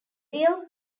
real